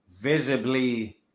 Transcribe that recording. visibly